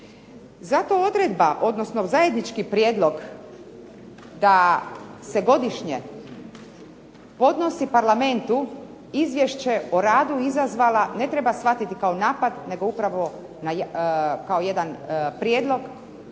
Zato odredba, odnosno zajednički prijedlog da se godišnje podnosi Parlamentu izvješće o radu izazvala, ne treba shvatiti kao napad nego upravo kao jedan prijedlog